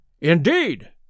Indeed